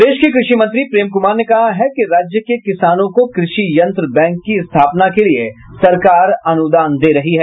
प्रदेश के कृषि मंत्री प्रेम कुमार ने कहा है कि राज्य के किसानों को कृषि यंत्र बैंक की स्थापना के लिए सरकार अनुदान दे रही है